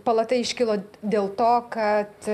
palata iškilo dėl to kad